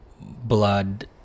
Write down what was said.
blood